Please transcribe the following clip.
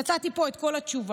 נתתי פה את כל התשובה.